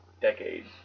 decade